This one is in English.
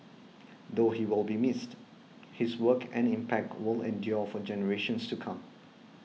though he will be missed his work and impact will endure for generations to come